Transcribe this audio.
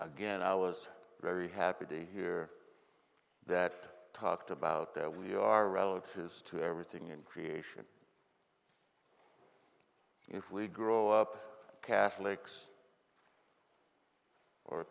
again i was very happy to hear that talked about that we are relative to everything in creation if we grow up catholics